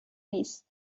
نیست